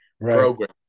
program